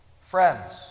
friends